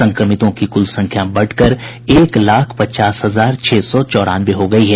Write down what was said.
संक्रमितों की कुल संख्या बढ़कर एक लाख पचास हजार छह सौ चौरानवे हो गयी है